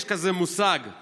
ולכן יש מושג כזה,